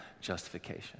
justification